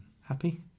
happy